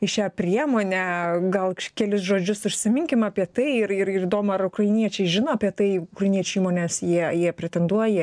į šią priemonę gal kelis žodžius užsiminkim apie tai ir ir ir įdomu ar ukrainiečiai žino apie tai ukrainiečių įmonės jie jie pretenduoja